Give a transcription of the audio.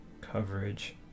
coverage